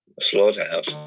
slaughterhouse